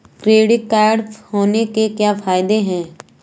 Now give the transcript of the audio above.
Credit card होने के क्या फायदे हैं?